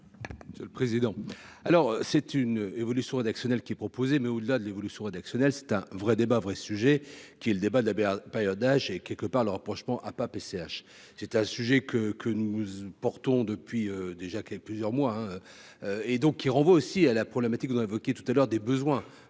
rapporteur. Le président, alors c'est une évolution rédactionnelle qui est proposé, mais au-delà de l'évolution rédactionnelle, c'est un vrai débat vrai sujet qui le débat de la période âge et quelque part le rapprochement a pas PCH, c'était un sujet que que nous y portons depuis déjà qu'avait plusieurs mois et donc qui renvoie aussi à la problématique de tout à l'heure des besoins,